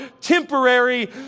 temporary